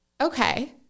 okay